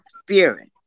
spirit